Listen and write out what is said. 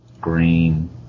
Green